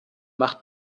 macht